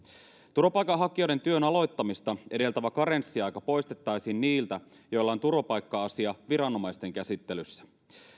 turvapaikanhakijoiden työn aloittamista edeltävä karenssiaika poistettaisiin niiltä joilla on turvapaikka asia viranomaisten käsittelyssä